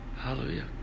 Hallelujah